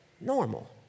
normal